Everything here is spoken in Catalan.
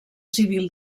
civil